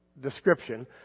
description